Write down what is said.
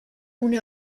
une